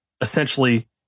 essentially